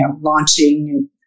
launching